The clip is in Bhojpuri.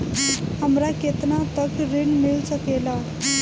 हमरा केतना तक ऋण मिल सके ला?